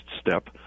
step